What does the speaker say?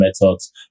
methods